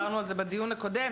דיברנו על זה בדיון הקודם,